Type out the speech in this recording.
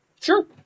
Sure